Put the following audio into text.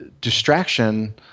distraction